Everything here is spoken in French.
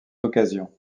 occasions